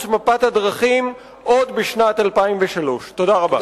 מפת הדרכים עוד בשנת 2003. תודה רבה.